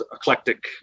eclectic